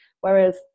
Whereas